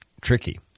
tricky